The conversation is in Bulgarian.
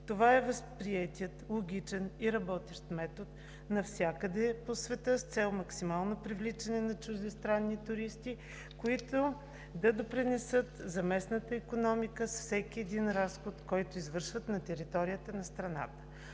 Това е възприетият логичен и работещ метод навсякъде по света с цел максимално привличане на чуждестранни туристи, които да допринесат за местната икономика с всеки един разход, който извършват на територията на страната.